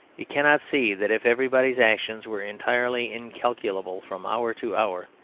it cannot see that if everybody's action were entirely incalculable from hour to hour,